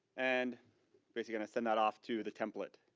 and basically gonna send that off to the template